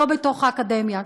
לא בתוך האקדמיה.